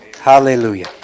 Hallelujah